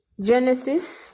Genesis